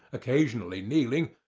occasionally kneeling,